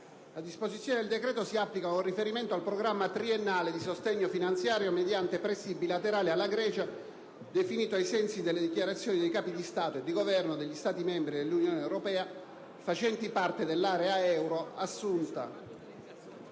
Le disposizioni del presente decreto si applicano con riferimento al programma triennale di sostegno finanziario mediante prestiti bilaterali alla Grecia, definito ai sensi della dichiarazione dei Capi di Stato e di Governo degli Stati membri dell'Unione europea facenti parte dell'area euro assunta